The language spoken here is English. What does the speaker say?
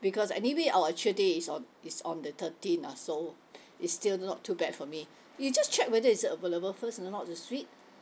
because anyway our actual day is on is on the thirteen ah so it's still not too bad for me you just check whether is it available first or not the suite